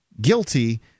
guilty